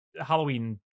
Halloween